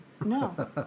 No